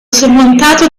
sormontato